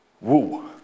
Woo